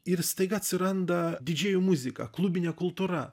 ir staiga atsiranda didžėjų muzika klubinė kultūra